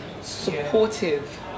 supportive